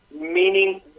Meaning